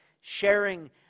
sharing